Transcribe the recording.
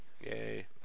Yay